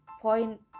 point